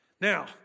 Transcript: Now